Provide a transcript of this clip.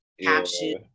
caption